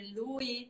lui